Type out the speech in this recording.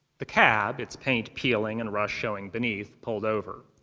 the cab, its paint peeling and rust showing beneath, pulled over.